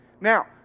Now